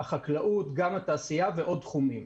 החקלאות וגם התעשייה ועוד תחומים.